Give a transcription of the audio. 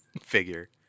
figure